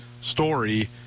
story